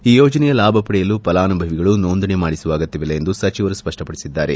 ಈ ಯೋಜನೆಯ ಲಾಭ ಪಡೆಯಲು ಫಲಾನುಭವಿಗಳು ನೋಂದಣಿ ಮಾಡಿಸುವ ಅಗತ್ಯವಿಲ್ಲ ಎಂದು ಸಚಿವರು ಸ್ವಪ್ಪಪಡಿಸಿದ್ದಾರೆ